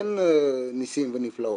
אין ניסים ונפלאות.